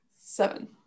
Seven